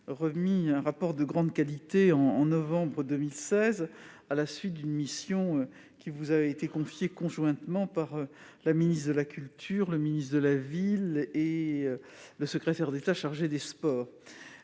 remis un rapport d'une très grande qualité, à la suite d'une mission qui vous avait été confiée conjointement par la ministre de la culture, le ministre de la ville et le secrétaire d'État chargé des sports